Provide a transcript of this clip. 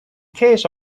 case